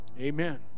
Amen